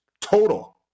total